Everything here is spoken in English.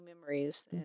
memories